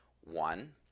one